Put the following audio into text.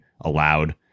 allowed